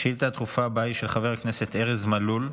השאילתה הדחופה הבאה היא של חבר הכנסת ארז מלול,